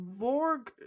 Vorg